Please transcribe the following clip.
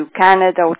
Canada